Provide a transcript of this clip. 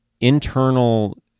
internal